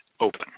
open